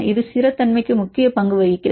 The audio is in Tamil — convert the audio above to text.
இது ஸ்திரத்தன்மைக்கு முக்கிய பங்கு வகிக்கிறது